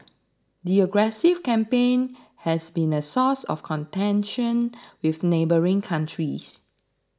the aggressive campaign has been a source of contention with neighbouring countries